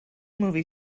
movie